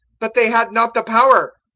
but they had not the power.